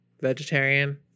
vegetarian